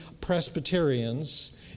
Presbyterians